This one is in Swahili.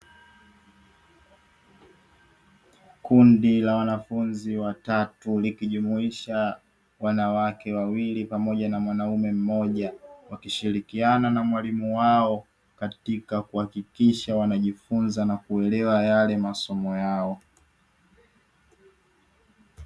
Kundi la wanafunzi watatu likijumuisha wanawake wawili pamoja na mwanaume mmoja, wakishirikiana na mwalimu wao katika kuhakikisha wanajifunza na kuelewa yale masomo yao.